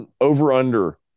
over-under